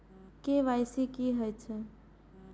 KYC की हे छे?